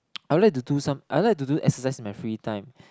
I would like to do some I like to do exercise in my free time